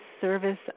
service